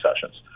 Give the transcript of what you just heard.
sessions